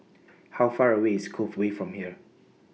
How Far away IS Cove Way from here